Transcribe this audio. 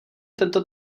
tento